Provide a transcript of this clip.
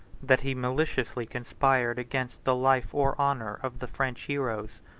that he maliciously conspired against the life or honor of the french heroes.